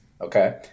okay